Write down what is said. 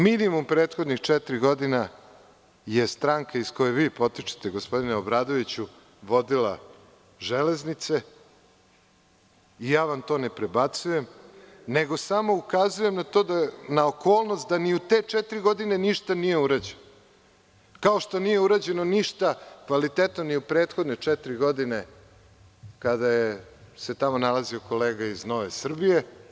Minimum prethodne četiri godine je stranka iz koje vi potičete, gospodine Obradoviću, vodila Železnice i ja vam to ne prebacujem, nego samo ukazujem na okolnost ni da u te četiri godine ništa nije urađeno, kao što nije urađeno ništa kvalitetno ni u prethodne četiri godine kada se tamo nalazio kolega iz NS.